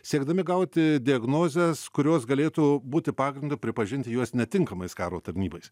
siekdami gauti diagnozes kurios galėtų būti pagrindu pripažinti juos netinkamais karo tarnybai